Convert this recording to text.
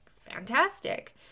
Fantastic